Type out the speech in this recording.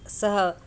सः